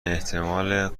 احتمال